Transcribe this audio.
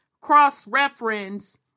cross-reference